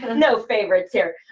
and no favorites here.